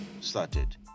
started